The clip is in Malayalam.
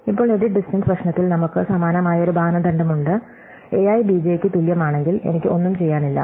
ഇപ്പോൾ എഡിറ്റ് ഡിസ്റ്റ്ടെൻസ് പ്രശ്നത്തിൽ നമുക്ക് സമാനമായ ഒരു മാനദണ്ഡമുണ്ട് a i b j യ്ക്ക് തുല്യമാണെങ്കിൽ എനിക്ക് ഒന്നും ചെയ്യാനില്ല